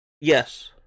Yes